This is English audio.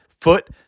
foot